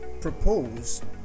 proposed